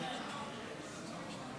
אדוני היושב-ראש,